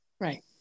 Right